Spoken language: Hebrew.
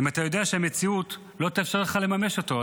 אם אתה יודע שהמציאות לא תאפשר לך לממש אותו?